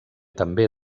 també